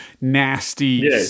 nasty